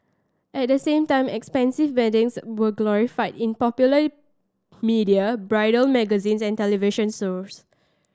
at the same time expensive weddings were glorified in popular media bridal magazines and television shows